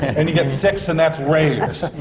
and and you get six, and that's raves,